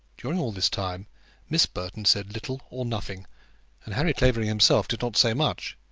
during all this time miss burton said little or nothing and harry clavering himself did not say much.